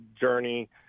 journey